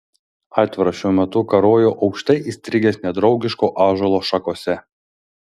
aitvaras šiuo metu karojo aukštai įstrigęs nedraugiško ąžuolo šakose